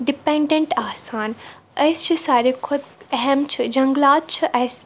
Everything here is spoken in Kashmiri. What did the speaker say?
ڈِپیٚنٛڈیٚنٛٹ آسان أسۍ چھِ ساروی کھۄتہٕ اہم چھِ جنٛگلات چھِ اَسہِ